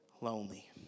lonely